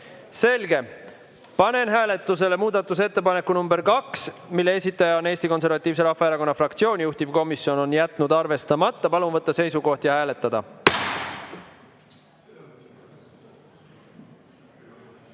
Selge. Panen hääletusele muudatusettepaneku nr 2, mille esitaja on Eesti Konservatiivse Rahvaerakonna fraktsioon ja juhtivkomisjon on jätnud selle arvestamata. Palun võtta seisukoht ja hääletada!